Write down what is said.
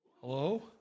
Hello